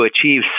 achieve